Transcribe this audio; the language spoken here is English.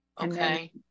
Okay